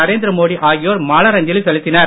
நரேந்திர மோடி ஆகியோர் மலரஞ்சலி செலுத்தினர்